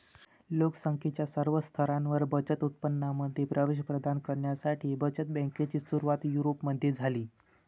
लोक संख्येच्या सर्व स्तरांवर बचत उत्पादनांमध्ये प्रवेश प्रदान करण्यासाठी बचत बँकेची सुरुवात युरोपमध्ये झाली